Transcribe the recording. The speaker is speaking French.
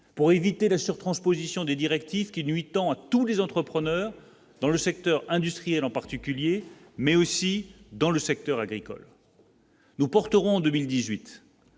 pour éviter la sur-transposition des directives qui nuit tant à tous les entrepreneurs dans le secteur industriel en particulier mais aussi dans le secteur agricole. Nous porterons en 2018,